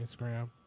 Instagram